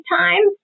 time